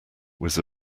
was